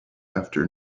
after